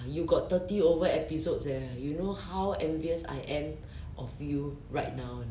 you got thirty over episodes leh you know how envious I am of you right now